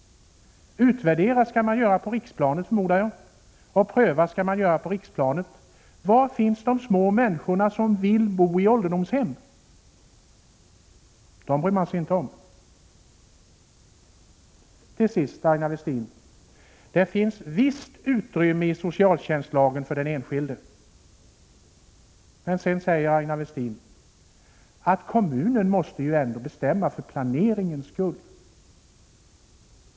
Utvärdera skall man göra på riksplanet, förmodar jag, och pröva skall man göra på riksplanet. Var finns de små människorna som vill bo i ålderdomshem? Dem bryr man sig inte om. Det finns visst utrymme i socialtjänstlagen för den enskilde. Men, säger Aina Westin, kommunen måste ändå bestämma, för planeringens skull.